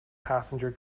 passenger